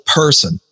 person